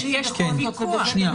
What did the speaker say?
יש פה ויכוח